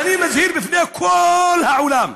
כשאני מזהיר בפני כל העולם,